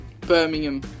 Birmingham